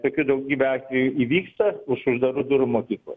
tokių daugybė atvejų įvyksta už uždarų durų mokykloj